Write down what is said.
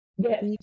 Yes